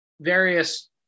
various